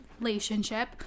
relationship